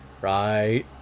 right